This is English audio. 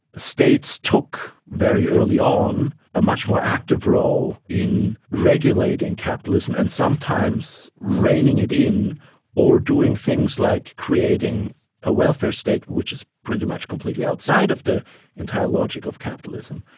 states took very early on a much more active role in regulating capitalism and sometimes reining it in or doing things like creating a welfare state, which is pretty much completely outside the entire logic of capitalism,